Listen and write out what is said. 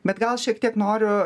bet gal šiek tiek noriu